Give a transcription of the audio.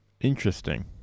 Interesting